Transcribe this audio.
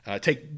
Take